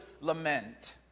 lament